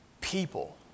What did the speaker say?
people